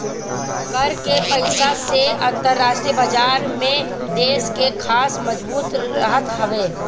कर के पईसा से अंतरराष्ट्रीय बाजार में देस के साख मजबूत रहत हवे